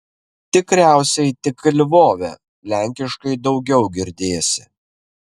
tikriausiai tik lvove lenkiškai daugiau girdėsi